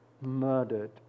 murdered